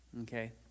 Okay